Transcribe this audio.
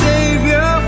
Savior